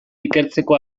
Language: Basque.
ikertzeko